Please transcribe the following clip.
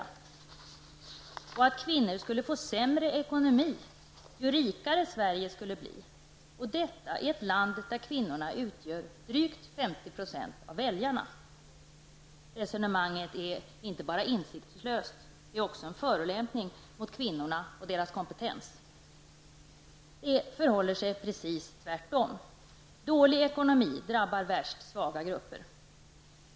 De tycks också tro att kvinnor skulle få sämre ekonomi ju rikare Sverige blir. Nu utgör kvinnorna drygt 50 % av väljarna och därför är resonemanget inte bara insiktslöst utan också en förolämpning mot kvinnorna och deras kompetens. Det förhåller sig precis tvärtom. Dålig ekonomi drabbar svaga grupper värst.